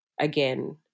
again